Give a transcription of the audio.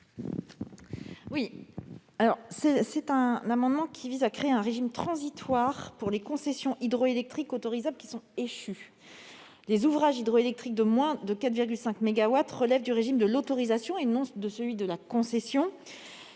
Il s'agit d'un amendement qui vise à créer un régime transitoire pour les concessions hydroélectriques autorisables qui sont échues. Les ouvrages hydroélectriques de moins de 4,5 mégawatts relèvent du régime de l'autorisation, et non de celui de la concession,